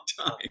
time